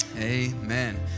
Amen